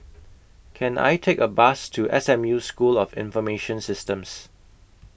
Can I Take A Bus to S M U School of Information Systems